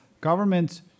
Governments